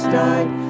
died